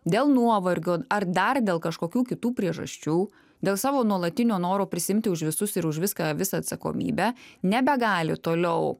dėl nuovargio ar dar dėl kažkokių kitų priežasčių dėl savo nuolatinio noro prisiimti už visus ir už viską visą atsakomybę nebegali toliau